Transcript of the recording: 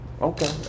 Okay